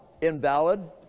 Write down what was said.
invalid